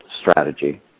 strategy